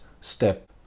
step